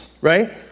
Right